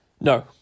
No